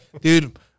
dude